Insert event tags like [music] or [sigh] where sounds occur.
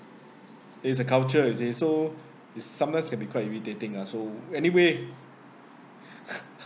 it's a culture it is so it sometimes can be quite irritating ah so anyway [laughs]